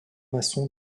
maçons